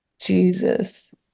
Jesus